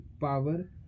power